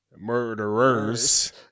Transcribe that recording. Murderers